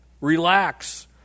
Relax